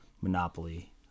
monopoly